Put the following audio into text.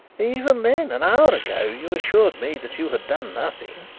even then, an hour ago you assured me that you had done nothing.